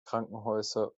krankenhäuser